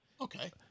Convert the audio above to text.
okay